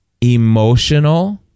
emotional